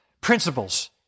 principles